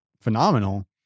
phenomenal